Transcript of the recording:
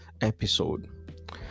episode